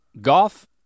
golf